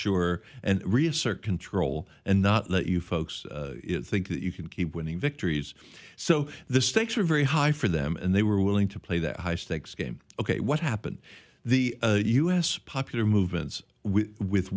sure and reassert control and not let you folks think that you can keep winning victories so the stakes are very high for them and they were willing to play that high stakes game ok what happened the u s popular movements with